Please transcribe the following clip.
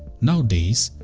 nowadays,